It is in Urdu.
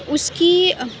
اس کی